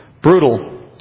brutal